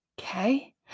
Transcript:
Okay